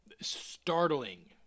Startling